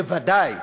בוודאי.